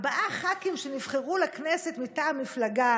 וארבעה ח"כים שנבחרו לכנסת מטעם מפלגה